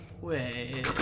Wait